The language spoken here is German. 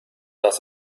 dass